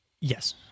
Yes